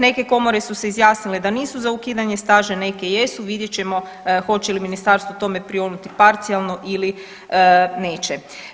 Neke komore su se izjasnile da nisu za ukidanje staža, neke jesu, vidjet ćemo hoće li ministarstvo tome prionuti parcijalno ili neće.